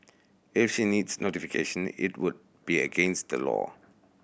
if she needs notification it would be against the law